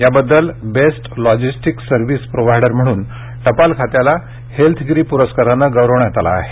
याबद्दल best logistic service provider म्हणून टपाल खात्याला हेल्थगिरी प्रस्कारानं गौरवण्यात आलं आहे